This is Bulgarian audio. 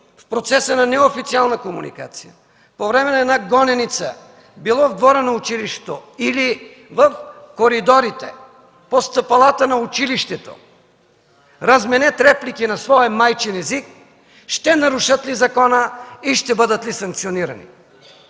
в процеса на неофициална комуникация, по време на една гоненица, било в двора на училището или в коридорите, по стъпалата на училището, разменят реплики на своя майчин език ще нарушат ли закона и ще бъдат ли санкционирани?